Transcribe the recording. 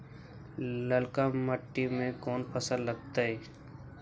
ललका मट्टी में कोन फ़सल लगतै?